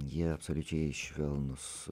jie absoliučiai švelnus